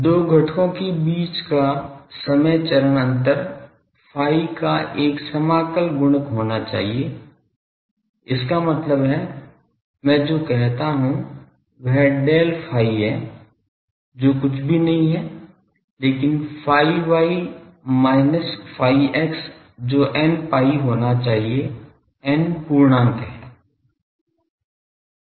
2 घटकों के बीच का समय चरण अंतर pi का एक समाकल गुणक होना चाहिए इसका मतलब है मैं जो चाहता हूं वह del phi है जो कुछ भी नहीं है लेकिन phi y minus phi x जो n pi होना चाहिए n पूर्णांक है